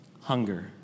hunger